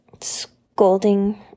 scolding